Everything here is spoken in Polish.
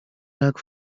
jak